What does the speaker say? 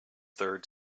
third